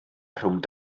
rhwng